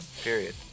Period